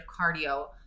cardio